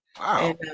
Wow